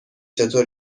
چطور